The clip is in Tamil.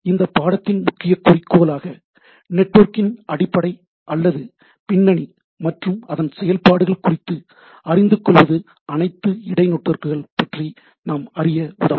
ஆகையால் இந்த பாடத்தின் முக்கிய குறிக்கோளாக நெட்வொர்க்கின் அடிப்படை அல்லது பின்னணி மற்றும் அதன் செயல்பாடுகள் குறித்து அறிந்து கொள்வது அனைத்து இடை நெட்வொர்க்குகள் பற்றி நாம் அறிய உதவும்